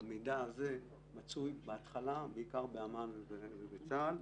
המידע הזה מצוי בהתחלה בעיקר באמ"ן ובצה"ל,